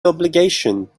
obligation